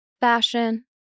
Fashion